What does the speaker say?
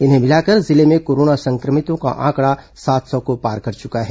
इन्हें मिलाकर जिले में कोरोना संक्रमितों का आंकड़ा सात सौ को पार कर चुका है